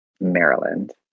Maryland